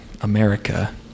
America